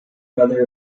brother